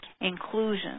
inclusion